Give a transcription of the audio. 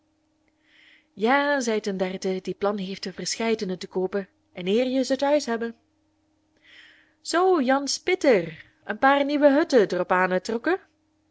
jæ zeit een derde die plan heeft er verscheidene te koopen en eer je ze thuis hebbe zoo jan spitter een paar nieuwe hutten der